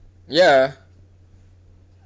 ya